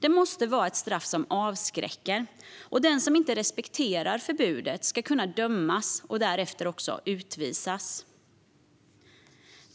Det måste vara ett straff som avskräcker, och den som inte respekterar förbudet ska kunna dömas och därefter också utvisas.